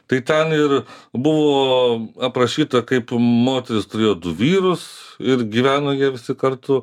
tai ten ir buvo aprašyta kaip moteris turėjo du vyrus ir gyveno jie visi kartu